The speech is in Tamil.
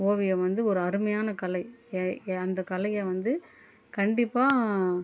ஓவியம் வந்து ஒரு அருமையான கலை எ எ அந்த கலையை வந்து கண்டிப்பாக